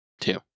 Two